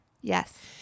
Yes